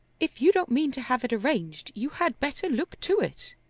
if you don't mean to have it arranged, you had better look to it.